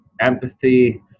empathy